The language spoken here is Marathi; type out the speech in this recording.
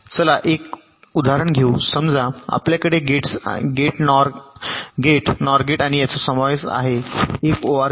चला एक घेऊ उदाहरण समजा आपल्याकडे गेट्स आणि गेट नॉर गेट आणि यांचा समावेश आहे एक ओआर गेट